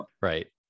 Right